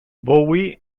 bowie